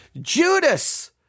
Judas